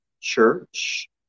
Church